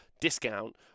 discount